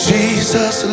Jesus